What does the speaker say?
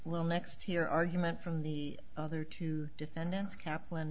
well next year argument from the other two defendants kapl